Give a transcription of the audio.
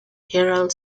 herald